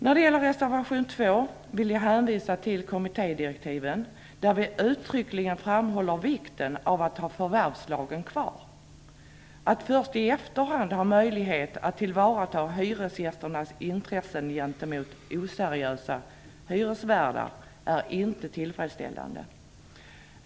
När det gäller reservation 2 vill jag hänvisa till kommittédirektiven. Där framhåller vi uttryckligen vikten av att ha förvärvslagen kvar. Att först i efterhand ha möjlighet att tillvarata hyresgästernas intressen gentemot oseriösa hyresvärdar är inte tillfredsställande.